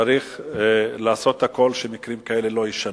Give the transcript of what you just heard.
צריך לעשות הכול שמקרים כאלה לא יישנו.